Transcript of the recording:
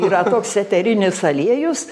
yra toks eterinis aliejus